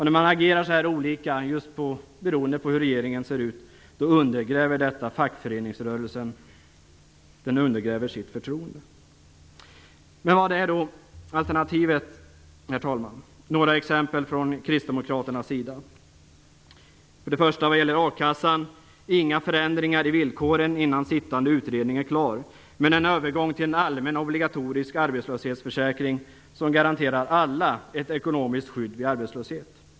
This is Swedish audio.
När man agerar så olika beroende på hur regeringen ser ut undergräver fackföreningsrörelsen sitt förtroende. Vad är då alternativet, herr talman? Jag vill framföra några exempel från kristdemokraternas sida. Vad gäller a-kassan bör inga förändringar ske i villkoren innan sittande utredning är klar, men däremot en övergång till en allmän obligatorisk arbetslöshetsförsäkring som garanterar alla ett ekonomiskt skydd vid arbetslöshet.